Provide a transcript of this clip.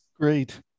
great